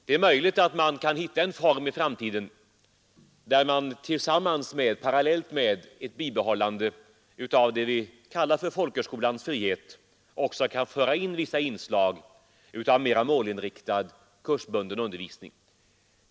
Det är möjligt att man kan hitta en form i framtiden där man parallellt med ett bibehållande av det vi kallar för folkhögskolans frihet också kan föra in vissa inslag av mer målinriktad kursbunden undervisning.